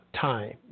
time